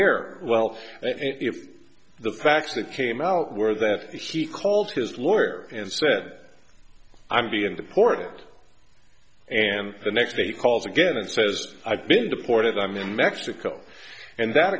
or well if the facts that came out where that he called his lawyer and said i'm being deported and the next day he calls again and says i've been deported i'm in mexico and that